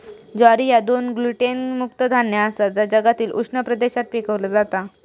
ज्वारी ह्या दोन्ही ग्लुटेन मुक्त धान्य आसा जा जगातील उष्ण प्रदेशात पिकवला जाता